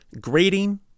grading